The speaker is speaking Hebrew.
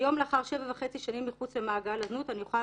היום לאחר שבע וחצי שנים מחוץ למעגל הזנות אני יכולה